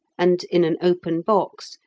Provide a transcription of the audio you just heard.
and, in an open box,